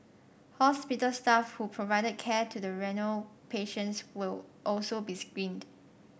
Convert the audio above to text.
hospital staff who provided care to the renal patients will also be screened